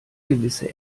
gewisse